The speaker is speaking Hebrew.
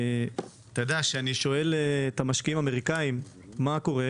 כשאני שואל את המשקיעים האמריקאים "מה קורה?